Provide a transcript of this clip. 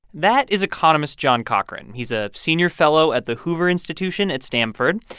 that is economist john cochrane. he's a senior fellow at the hoover institution at stanford.